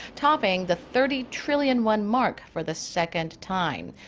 topping the thirty trillion-won mark for the second time.